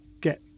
get